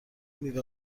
میوه